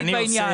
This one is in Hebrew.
תודה.